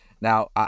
Now